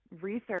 research